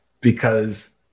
because-